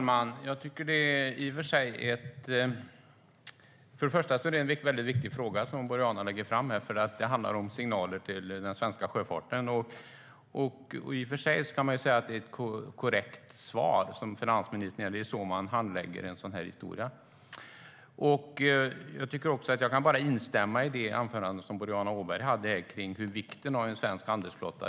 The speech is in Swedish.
Herr talman! Det är en mycket viktig fråga som Boriana Åberg tar upp. Den handlar om signaler till den svenska sjöfarten. I och för sig kan man säga att det är ett korrekt svar som finansministern ger, att det är så man handlägger en sådan här sak. Jag kan bara instämma med Boriana Åberg i hennes anförande om vikten av en svensk handelsflotta.